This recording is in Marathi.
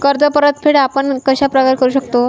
कर्ज परतफेड आपण कश्या प्रकारे करु शकतो?